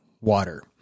water